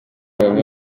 bamwe